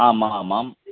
आम् आम् आम्